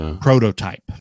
prototype